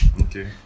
okay